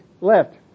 left